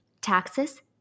taxes